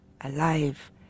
alive